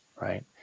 right